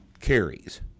carries